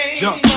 jump